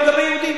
גם לגבי יהודים.